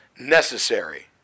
necessary